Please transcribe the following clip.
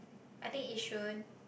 I think Yishun